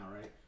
right